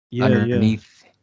underneath